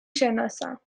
شناسم